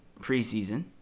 preseason